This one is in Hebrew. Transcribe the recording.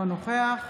אינו נוכח